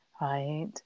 right